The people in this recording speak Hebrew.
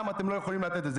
למה אתם לא יכולים לתת את זה?